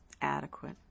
Adequate